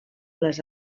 les